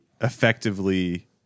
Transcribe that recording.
effectively